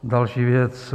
Další věc.